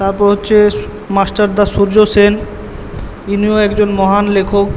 তারপর হচ্ছে মাস্টারদা সূর্যসেন ইনিও একজন মহান লেখক